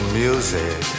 music